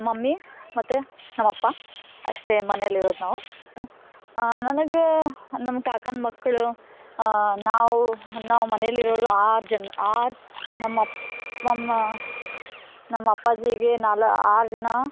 mummy ಮತ್ತು ನಮಪ್ಪ ಅಷ್ಟೇ ಮನೆಲಿ ಇರೋದು ನಾವು ನನ್ಗೆ ನಮ್ಮ ಕಾಕನ ಮಕ್ಳು ನಾವು ನಾವು ಮನೆಲಿ ಇರೋರು ಆರು ಜನ ಆರು ನಮ್ಮಪ್ಪ ನಮ್ಮ ನಮ್ಮ ಅಪ್ಪಾಜಿಗೆ ನಾಲ್ಕು ಆರು ಜನ